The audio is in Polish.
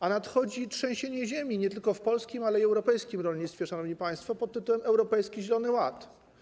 A nadchodzi trzęsienie ziemi nie tylko w polskim, ale i europejskim rolnictwie, szanowni państwo, pod nazwą: Europejski Zielony Ład.